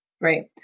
Right